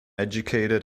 educated